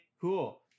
cool